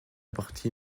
partie